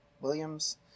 Williams